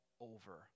over